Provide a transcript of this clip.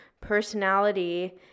Personality